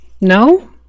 No